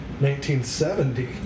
1970